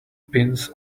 pins